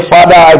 Father